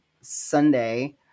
sunday